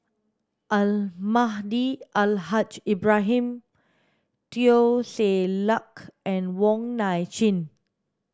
Almahdi Al Haj Ibrahim Teo Ser Luck and Wong Nai Chin